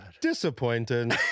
disappointed